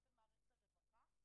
גם במערכת הרווחה.